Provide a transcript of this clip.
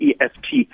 eft